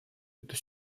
эту